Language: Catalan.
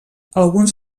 alguns